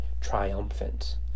triumphant